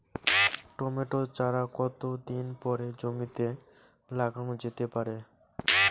Tomato চারা কতো দিন পরে জমিতে লাগানো যেতে পারে?